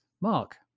Mark